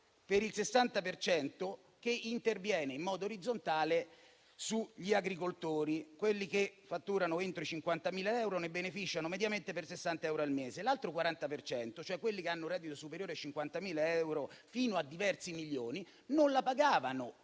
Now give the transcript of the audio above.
per il 60 per cento, interviene in modo orizzontale sugli agricoltori. Quelli che fatturano entro i 50.000 euro ne beneficiano mediamente per 60 euro al mese; l'altro 40 per cento, cioè quelli che hanno un reddito superiore ai 50.000 euro fino a diversi milioni, non la pagavano